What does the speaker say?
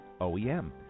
OEM